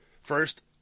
first